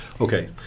Okay